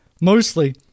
mostly